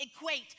equate